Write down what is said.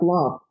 Love